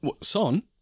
Son